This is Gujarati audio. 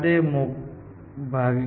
તેથી ગોલ થોડી ક્ષણોમાં પસંદ કરવામાં આવે છે